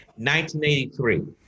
1983